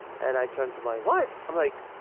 and i turn to my wife. i'm like,